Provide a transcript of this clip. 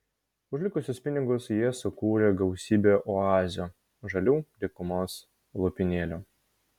už likusius pinigus jie sukūrė gausybę oazių žalių dykumos lopinėlių